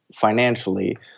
financially